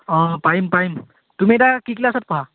অঁ পাৰিম পাৰিম তুমি এতিয়া কি ক্লাছত পঢ়া